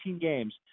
games